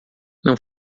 não